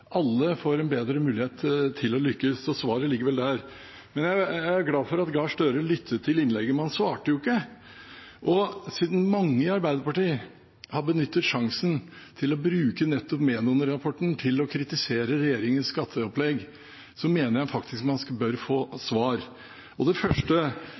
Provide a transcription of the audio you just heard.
alle får bedre mulighet til å lykkes. Svaret ligger vel der. Jeg er glad for at Gahr Støre lyttet til innlegget mitt, men han svarte jo ikke. Siden mange i Arbeiderpartiet har benyttet sjansen til å bruke nettopp Menon-rapporten til å kritisere regjeringens skatteopplegg, mener jeg faktisk at man bør får svar. Det første